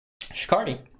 Shikardi